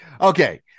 Okay